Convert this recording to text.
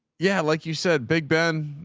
yeah, like you said, big ben.